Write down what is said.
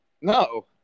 No